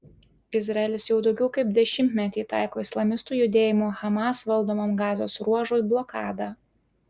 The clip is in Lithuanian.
izraelis jau daugiau kaip dešimtmetį taiko islamistų judėjimo hamas valdomam gazos ruožui blokadą